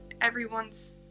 everyone's